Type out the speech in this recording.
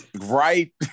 right